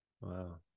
wow